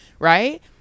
right